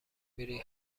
میری